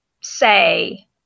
say